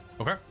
okay